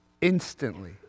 instantly